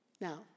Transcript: Now